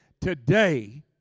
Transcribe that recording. today